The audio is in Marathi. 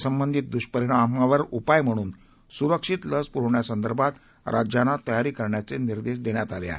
संबंधितदुष्परिणामांवर उपाय म्हणून सुरक्षित लस पुरवण्यासंदर्भात राज्यांना तयारीकरण्याचे निर्देश देण्यात आले आहेत